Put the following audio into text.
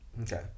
Okay